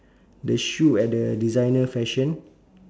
the shoe at the designer fashion